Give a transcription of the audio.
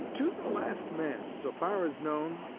to the last man, so far as known,